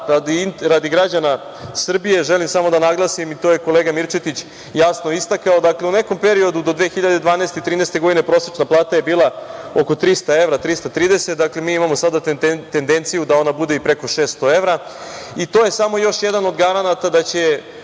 radi građana Srbije želim samo da naglasim, i to je kolega Mirčetić jasno istakao, dakle, u nekom periodu do 2012, 2013. godine prosečna plata je bila oko 300, 330 evra, a mi imamo sada tendenciju da ona bude i preko 600 evra. To je samo još jedan od garanata da će